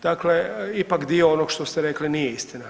Dakle ipak dio onog što ste rekli nije istina.